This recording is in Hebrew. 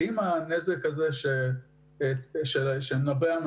האם הדור הזה יישא בנזק או